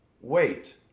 wait